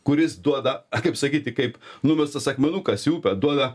kuris duoda kaip sakyti kaip numestas akmenukas į upę duoda